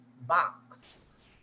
box